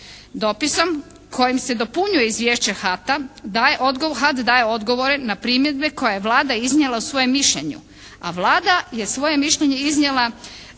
Dopisom kojim se dopunjuje izvješće HAT-a HAT daje odgovore na primjedbe koje je Vlada iznijela u svojem mišljenju, a Vlada je svoje mišljenje iznijela